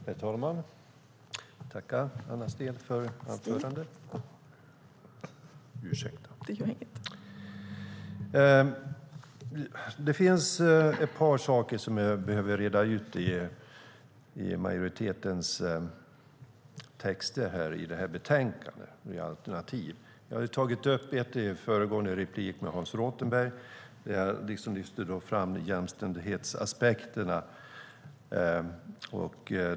Herr talman! Jag tackar Anna Steele för anförandet. Det finns ett par saker som jag behöver reda ut i majoritetens texter i det här betänkandet, några alternativ. Jag har tagit upp ett i föregående replikskifte med Hans Rothenberg där jag lyfte fram jämställdhetsaspekterna.